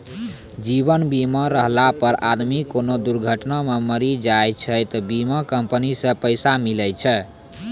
जीवन बीमा रहला पर आदमी कोनो दुर्घटना मे मरी जाय छै त बीमा कम्पनी से पैसा मिले छै